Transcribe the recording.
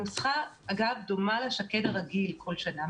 הנוסחה דומה ל --- הרגיל כל שנה.